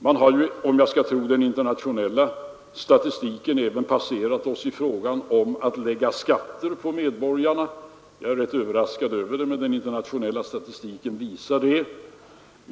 Man har, om jag skall tro den internationella statistiken, i Danmark passerat oss även i fråga om att lägga skatter på medborgarna. Jag är rätt överraskad över det, men det är vad den internationella statistiken visar.